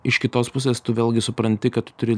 iš kitos pusės tu vėlgi supranti kad tu turi